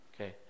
Okay